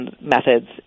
methods